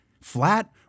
Flat